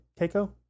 Keiko